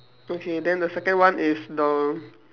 okay then the second one is the